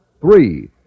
Three